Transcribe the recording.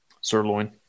Sirloin